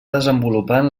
desenvolupant